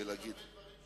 יש עוד הרבה דברים